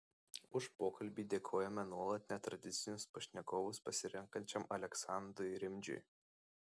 už pokalbį dėkojame nuolat netradicinius pašnekovus pasirenkančiam aleksandrui rimdžiui